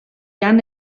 han